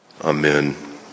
Amen